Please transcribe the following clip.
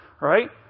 right